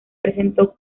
presentó